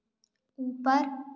ऊपर